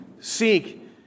Seek